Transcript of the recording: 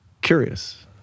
curious